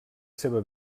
seva